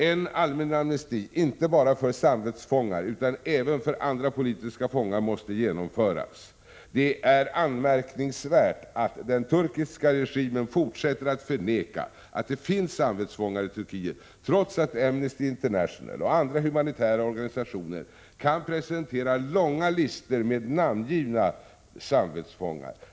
En allmän amnesti, inte bara för samvetsfångar utan även för andra politiska fångar, måste genomföras. Det är anmärkningsvärt att den turkiska regimen fortsätter att förneka att det finns samvetsfångar i Turkiet, trots att Amnesty International och andra humanitära organisationer kan presentera långa listor med namngivna samvetsfångar.